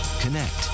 Connect